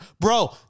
Bro